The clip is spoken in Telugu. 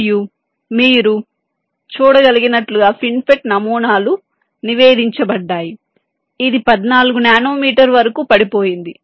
మరియు మీరు చూడగలిగినట్లుగా ఫిన్ఫెట్ నమూనాలు నివేదించబడ్డాయి ఇది 14 నానోమీటర్ వరకు పడిపోయింది